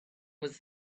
was